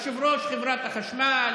יושב-ראש חברת החשמל,